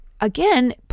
again